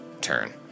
turn